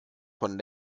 von